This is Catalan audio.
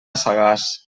sagàs